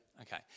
Okay